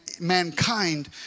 mankind